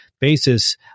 basis